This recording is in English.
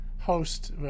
host